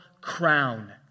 crown